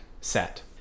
set